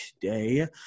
today